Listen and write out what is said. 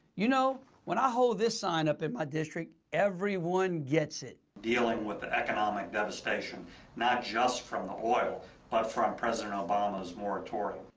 you know, when i hold this sign up in my district, everyone gets it. dealing with the economic detestation not just from the oil but from president obama's moratorium.